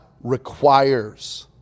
requires